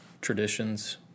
traditions